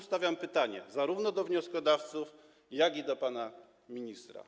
Stawiam pytanie skierowane zarówno do wnioskodawców, jak i do pana ministra: